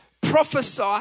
prophesy